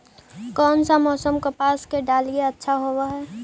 कोन सा मोसम कपास के डालीय अच्छा होबहय?